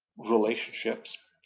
relationships,